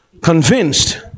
convinced